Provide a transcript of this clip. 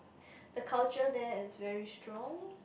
the culture there is very strong